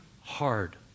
hard